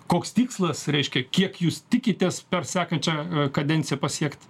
koks tikslas reiškia kiek jūs tikitės per sekančią kadenciją pasiekt